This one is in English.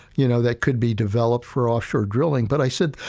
you know, that could be developed for offshore drilling, but i said,